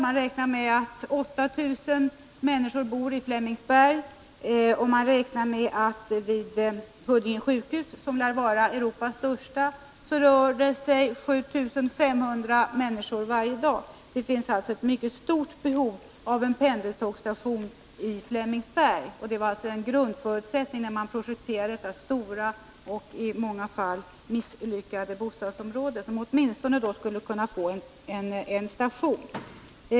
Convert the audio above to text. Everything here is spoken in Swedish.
Man räknar med att 8 000 människor bor i Flemingsberg och att till och från Huddinge sjukhus, som lär vara Europas största, 7 500 människor rör sig varje dag. Det finns alltså ett mycket stort behov av en pendeltågsstation i Flemingsberg. Det var en grundförutsättning, när man projekterade detta stora och i många avseenden misslyckade bostadsområde, att det åtminstone skulle få en station.